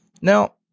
Now